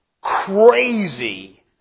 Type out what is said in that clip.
crazy